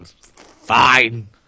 fine